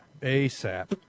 asap